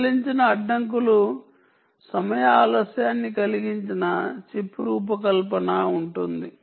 సడలించిన అడ్డంకుల లో సమయ ఆలస్యాన్ని కలిగిన చిప్ రూపకల్పన ఉంటుంది